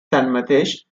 tanmateix